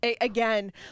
again